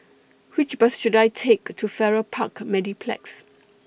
Which Bus should I Take to Farrer Park Mediplex